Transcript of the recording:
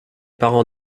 parents